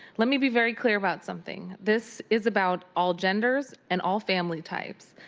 let me be very clear about something. this is about all genders and all family types.